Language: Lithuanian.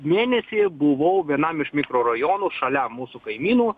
mėnesį buvau vienam iš mikrorajonų šalia mūsų kaimynų